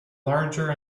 larger